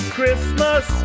Christmas